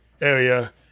area